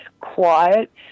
quiet